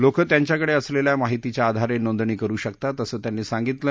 लोक त्यांच्याकडे असलेल्या माहितीच्या आधारे नोंदणी करू शकतात असं त्यांनी सांगितलं